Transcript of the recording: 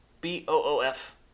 B-O-O-F